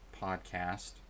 podcast